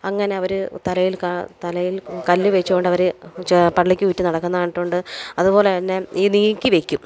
അങ്ങനെ അവർ തലയിൽ ക തലയിൽ കല്ല് വെച്ചോണ്ട് അവർ ചെ പള്ളിക്ക് ചുറ്റും നടക്കുന്ന കണ്ടിട്ടുണ്ട് അതുപോലെ തന്നെ ഈ നീക്കി വെക്കും